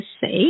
say